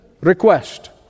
request